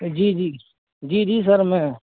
جی جی جی جی سر میں